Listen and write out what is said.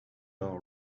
all